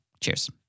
Cheers